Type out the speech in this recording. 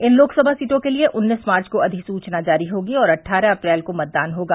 इन लोकसभा सीटो के लिए उन्नीस मार्च को अधिसूचना जारी होगी और अट्ठारह अप्रैल को मतदान होगा